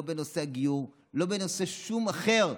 לא בנושא הגיור, לא בשום נושא אחר.